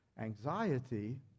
anxiety